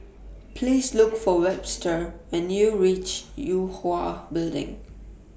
Please Look For Webster when YOU REACH Yue Hwa Building